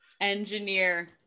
engineer